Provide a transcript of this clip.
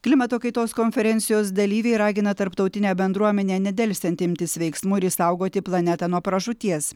klimato kaitos konferencijos dalyviai ragina tarptautinę bendruomenę nedelsiant imtis veiksmų ir išsaugoti planetą nuo pražūties